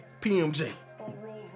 PMJ